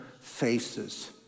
faces